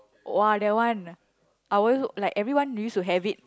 !wah! that one our like everyone used to have it